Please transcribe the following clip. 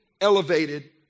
elevated